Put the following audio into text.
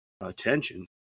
attention